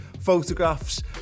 photographs